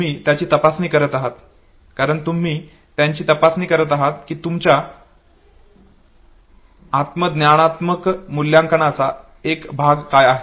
तुम्ही त्यांची तपासणी करत आहात कारण तुम्ही त्यांची तपासणी करत आहात कि तुमच्या आत्मज्ञानात्मक मूल्यांकनाचा एक भाग काय आहे